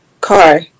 car